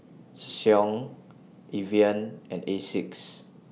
Ssangyong Evian and Asics